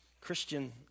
Christian